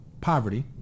poverty